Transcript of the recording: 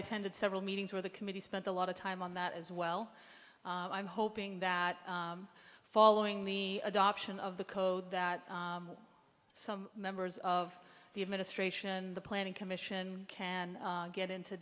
attended several meetings where the committee spent a lot of time on that as well i'm hoping that following the adoption of the code that some members of the administration the planning commission can get into